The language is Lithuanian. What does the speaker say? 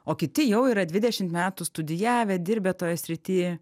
o kiti jau yra dvidešimt metų studijavę dirbę toje srity